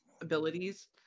abilities